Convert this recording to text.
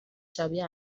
شبیه